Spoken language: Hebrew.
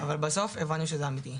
אבל בסוף הבנתי שזה אמיתי.